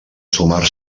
sumar